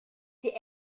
die